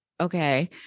Okay